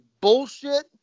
bullshit